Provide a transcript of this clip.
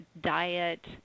diet –